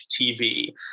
TV